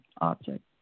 object